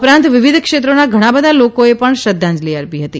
ઉપરાંત વિવિધ ક્ષેત્રોના ઘણા બધા લોકોએ પણ શ્રદ્ધાંજલી અર્પી હતી